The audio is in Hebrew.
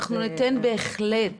אנחנו ניתן בהחלט